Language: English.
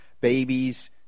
babies